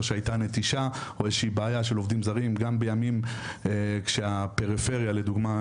שהייתה נטישה או איזושהי בעיה של עובדים זרים גם בימים כשהפריפריה לדוגמא,